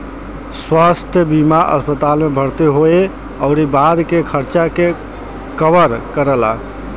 स्वास्थ्य बीमा अस्पताल में भर्ती होये आउर बाद के खर्चा के कवर करला